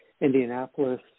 Indianapolis